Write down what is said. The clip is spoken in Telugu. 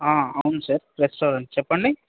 అవును సార్ రెస్టారెంట్ చెప్పండి